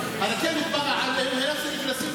ולכן באופן כללי כל כניסה לאזור מתחם